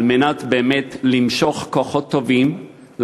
על מנת למשוך כוחות טובים,